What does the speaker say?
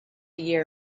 year